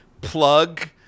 Plug